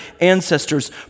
ancestors